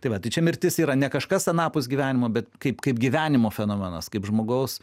tai va tai čia mirtis yra ne kažkas anapus gyvenimo bet kaip kaip gyvenimo fenomenas kaip žmogaus